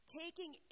taking